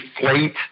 inflate